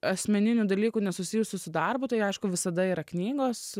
asmeninių dalykų nesusijusių su darbu tai aišku visada yra knygos